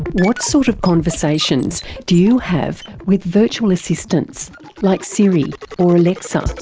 what sort of conversations do you have with virtual assistants like siri or alexa?